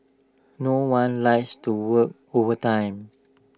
no one likes to work overtime